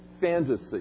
fantasy